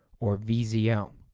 or vzl,